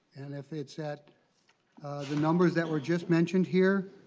and if it's at the number that were just mentioned here